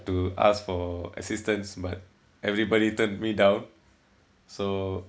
to ask for assistance but everybody turned me down so